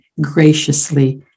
graciously